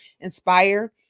inspire